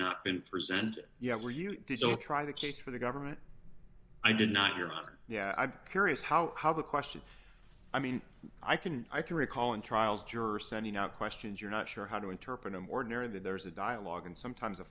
not been present you have or you will try the case for the government i did not hear one yeah i've curious how how the question i mean i can i can recall in trials jurors sending out questions you're not sure how to interpret them ordinary that there's a dialogue and sometimes a